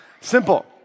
Simple